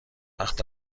وقت